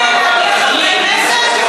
מה הסיכומים, להדיח חברי כנסת?